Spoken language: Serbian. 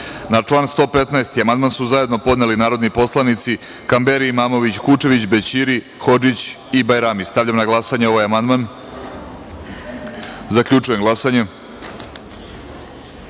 član 115. amandman su zajedno podneli narodni poslanici Kamberi, Imamović, Kučević, Bećiri, Hodžić i Bajrami. Stavljam na glasanja ovaj amandman. Zaključujem glasanje: